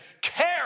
care